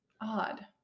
Odd